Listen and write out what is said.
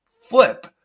flip